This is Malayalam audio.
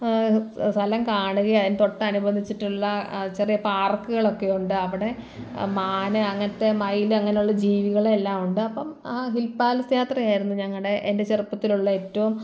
സ്ഥലം കാണുകയായി തൊട്ടനുവദിച്ചിട്ടുള്ള ചെറിയ പാർക്കുകളൊക്കെയുണ്ട് അവിടെ മാൻ അങ്ങനത്തെ മയിൽ അങ്ങനെയുള്ള ജീവികളെല്ലാം ഉണ്ട് അപ്പം ആ ഹിൽ പാലസിനകത്തതായിരുന്നു ഞങ്ങളുടെ എൻ്റെ ചെറുപ്പത്തിലുള്ള ഏറ്റവും